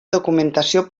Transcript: documentació